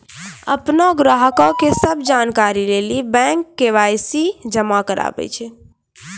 अपनो ग्राहको के सभ जानकारी लेली बैंक के.वाई.सी जमा कराबै छै